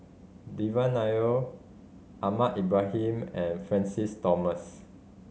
Devan Nair Ahmad Ibrahim and Francis Thomas